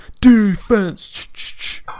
defense